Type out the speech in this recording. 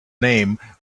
name